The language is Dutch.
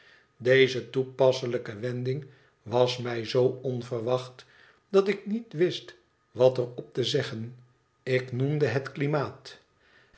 deze toepasselijke wending was mij zöo onverwacht dat ik niet wist wat er op te zeggen ik noemde het klimaat